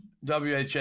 WHA